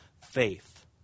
Faith